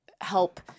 help